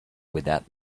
without